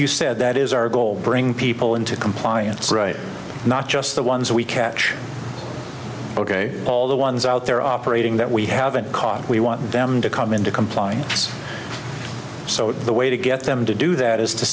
you said that is our goal bring people into compliance not just the ones we catch ok all the ones out there operating that we haven't caught we want them to come into compliance so the way to get them to do that is to